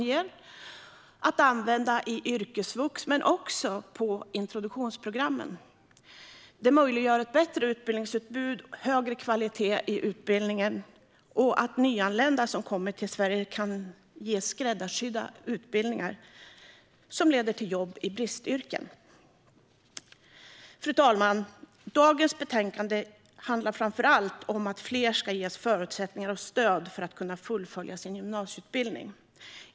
De kan användas i yrkesvux men också på introduktionsprogrammen. Detta möjliggör bättre utbildningsutbud, högre kvalitet i utbildningen och att nyanlända som kommer till Sverige kan ges skräddarsydda utbildningar som leder till jobb i bristyrken. Fru talman! Dagens betänkande handlar framför allt om att fler ska ges förutsättningar och stöd för att kunna fullfölja sin gymnasieutbildning.